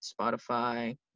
Spotify